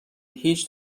هیچ